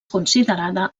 considerada